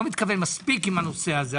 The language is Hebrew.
מספיק עם הנושא הזה.